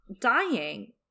dying